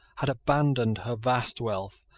had abandoned her vast wealth,